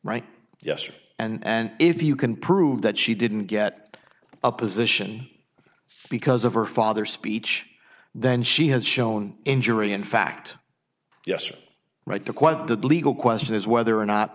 right yesterday and if you can prove that she didn't get a position because of her father's speech then she has shown injury in fact yes or right to quote that legal question is whether or not